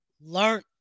learn